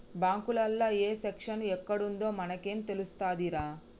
బాంకులల్ల ఏ సెక్షను ఎక్కడుందో మనకేం తెలుస్తదిరా